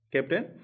Captain